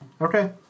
Okay